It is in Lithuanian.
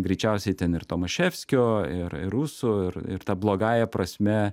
greičiausiai ten ir tomaševskio ir ir rusų ir ir ta blogąja prasme